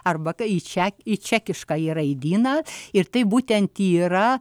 arba kai čia į čekiškąjį raidyną ir taip būtent yra